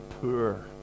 poor